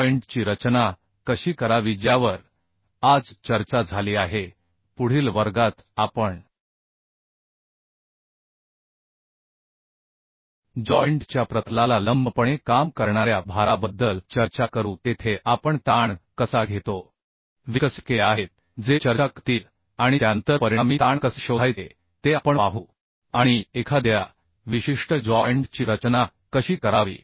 joint ची रचना कशी करावी ज्यावर आज चर्चा झाली आहे पुढील वर्गात आपण जॉइंट च्या प्रतलाला लंबपणे काम करणाऱ्या भाराबद्दल चर्चा करू तेथे आपण ताण कसा घेतो विकसित केले आहेत जे चर्चा करतील आणि त्यानंतर परिणामी ताण कसे शोधायचे ते आपण पाहू आणि एखाद्या विशिष्ट जॉइंट ची रचना कशी करावी